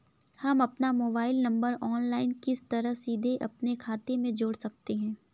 हम अपना mobile number online किस तरह सीधे अपने खाते में जोड़ सकते हैं?